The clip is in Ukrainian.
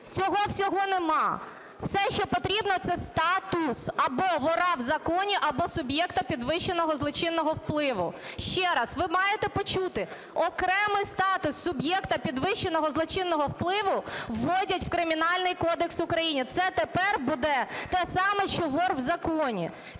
Цього всього нема. Все, що потрібно, – це статус або "вора в законі" або "суб'єкту підвищеного злочинного впливу". Ще раз, ви маєте почути: окремий статус "суб'єкту підвищеного злочинного впливу" вводять в Кримінальний кодекс України, це тепер буде те саме, що "вор в законі",